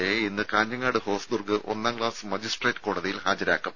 A യെ ഇന്ന് കാഞ്ഞങ്ങാട് ഹോസ്ദുർഗ് ഒന്നാം ക്ലാസ് മജിസ്ട്രേറ്റ് കോടതിയിൽ ഹാജരാക്കും